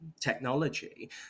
technology